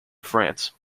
france